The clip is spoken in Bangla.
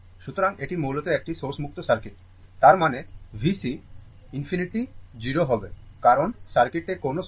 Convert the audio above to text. সুতরাং এটি মূলত একটি সোর্স মুক্ত সার্কিট তার মানে VC ∞ 0 হবে কারণ সার্কিটে কোনও সোর্স নেই